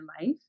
life